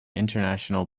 international